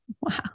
Wow